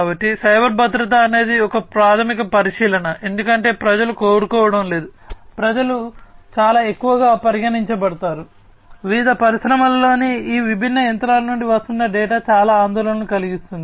కాబట్టి సైబర్ భద్రత అనేది ఒక ప్రాథమిక పరిశీలన ఎందుకంటే ప్రజలు కోరుకోవడం లేదు ప్రజలు చాలా ఎక్కువగా పరిగణించబడతారు వివిధ పరిశ్రమలలోని ఈ విభిన్న యంత్రాల నుండి వస్తున్న డేటా చాలా ఆందోళన కలిగిస్తుంది